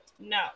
No